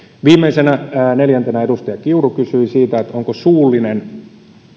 viimeisenä neljäntenä edustaja kiuru kysyi siitä onko suullinen